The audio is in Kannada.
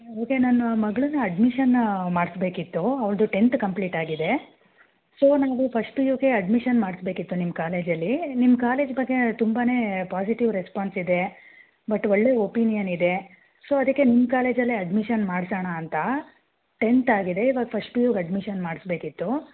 ನನಗೆ ನನ್ನ ಮಗಳನ್ನ ಅಡ್ಮಿಷನ್ ಮಾಡಿಸ್ಬೇಕಿತ್ತು ಅವ್ಳದು ಟೆಂತ್ ಕಂಪ್ಲೀಟಾಗಿದೆ ಸೊ ನನಗೆ ಫಸ್ಟ್ ಪಿ ಯುಗೆ ಅಡ್ಮಿಷನ್ ಮಾಡಿಸ್ಬೇಕಿತ್ತು ನಿಮ್ಮ ಕಾಲೇಜಲ್ಲಿ ನಿಮ್ಮ ಕಾಲೇಜ್ ಬಗ್ಗೆ ತುಂಬಾ ಪೊಸಿಟಿವ್ ರೆಸ್ಪಾನ್ಸ್ ಇದೆ ಬಟ್ ಒಳ್ಳೆಯ ಒಪೀನಿಯನ್ ಇದೆ ಸೊ ಅದಕ್ಕೆ ನಿಮ್ಮ ಕಾಲೇಜಲ್ಲೇ ಅಡ್ಮಿಷನ್ ಮಾಡ್ಸೋಣ ಅಂತ ಟೆಂತಾಗಿದೆ ಇವಾಗ ಫಸ್ಟ್ ಪಿ ಯುಗೆ ಅಡ್ಮಿಷನ್ ಮಾಡಿಸ್ಬೇಕಿತ್ತು